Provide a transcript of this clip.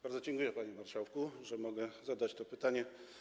Bardzo dziękuję, panie marszałku, że mogę zadać to pytanie.